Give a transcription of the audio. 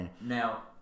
Now